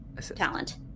talent